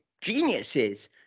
geniuses